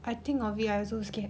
I think of it I also scared